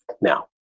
now